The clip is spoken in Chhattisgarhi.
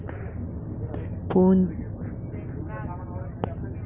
यू.पी.आई के का उपयोग हे?